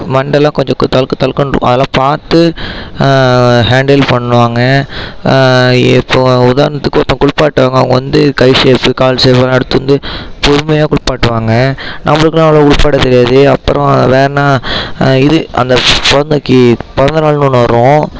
மண்டைலாம் கொஞ்சம் தளுக்கு தளுக்குன்னு இருக்கும் அதல்லாம் பார்த்து ஹாண்டில் பண்ணுவாங்க இப்போது உதாரணத்துக்கு ஒருத்தங்க குளிப்பாட்டுவாங்க அவங்க வந்து கை சேப் கால் சேப்புலாம் அடுத்து வந்து பொறுமையா குளிப்பாட்டுவாங்க நம்மளுக்குலாம் அவ்வளவா குளிப்பாட்ட தெரியாது அப்றம் வேறென்ன இது அந்த குழந்தைக்கு பிறந்த நாளுன்னு ஒன்று வரும்